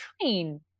train